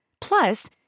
Plus